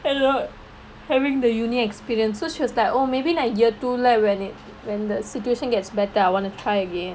and not having the university experience so she was like oh maybe like year two like when it when the situation gets better I want to try again அந்த மாதிரி:antha maathiri